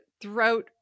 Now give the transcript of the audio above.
throughout